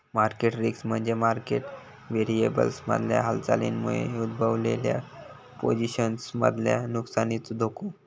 market risk म्हणजे market व्हेरिएबल्समधल्या हालचालींमुळे उद्भवलेल्या पोझिशन्समधल्या नुकसानीचो धोको